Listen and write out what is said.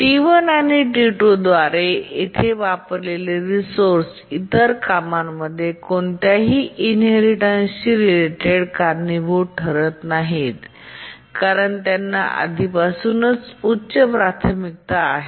T1 आणि T2 द्वारे येथे वापरलेले रिसोर्स इतर कामांमध्ये कोणत्याही इनहेरिटेन्सशी रिलेटेड कारणीभूत ठरत नाहीत कारण त्यांना आधीपासूनच उच्च प्राथमिकता आहे